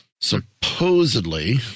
Supposedly